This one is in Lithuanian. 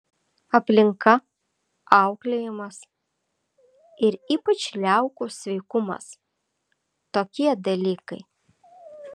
aplinka auklėjimas ir ypač liaukų sveikumas tokie dalykai